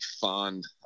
fond